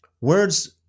Words